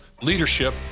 Leadership